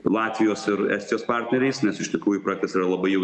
latvijos ir estijos partneriais nes iš tikrųjų projektas yra labai jau